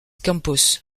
campos